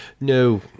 No